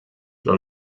però